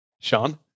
Sean